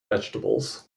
vegetables